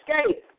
Escape